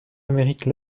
amérique